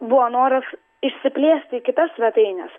buvo noras išsiplėsti į kitas svetaines